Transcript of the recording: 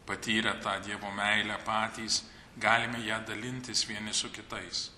patyrę tą dievo meilę patys galime ja dalintis vieni su kitais